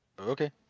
Okay